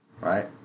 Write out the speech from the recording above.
Right